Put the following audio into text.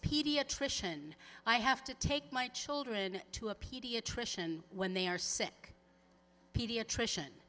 pediatrician i have to take my children to a pediatrician when they are sick pediatrician